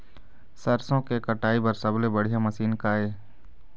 सरसों के कटाई बर सबले बढ़िया मशीन का ये?